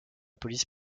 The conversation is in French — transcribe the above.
police